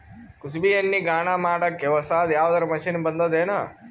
ಕುಸುಬಿ ಎಣ್ಣೆ ಗಾಣಾ ಮಾಡಕ್ಕೆ ಹೊಸಾದ ಯಾವುದರ ಮಷಿನ್ ಬಂದದೆನು?